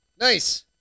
Nice